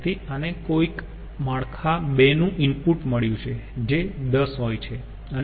તેથી આને કોઈક માળખા 2 નું ઈનપુટ મળ્યું છે જે 10 હોય છે